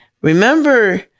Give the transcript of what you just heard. Remember